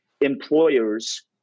employers